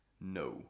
No